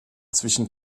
zwischen